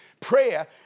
prayer